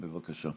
בבקשה.